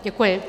Děkuji.